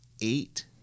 eight